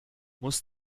muss